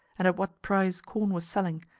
and at what price corn was selling,